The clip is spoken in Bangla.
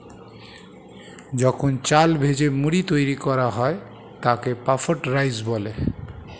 যখন চাল ভেজে মুড়ি তৈরি করা হয় তাকে পাফড রাইস বলে